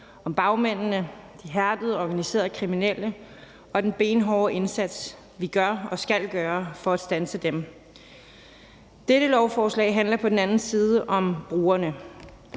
om bagmændene, de hærdede organiserede kriminelle, og den benhårde indsats, vi gør og skal gøre for at standse dem. Dette lovforslag handler på den anden side om brugerne,